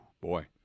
boy